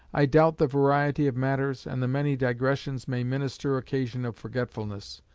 i doubt the variety of matters and the many digressions may minister occasion of forgetfulness,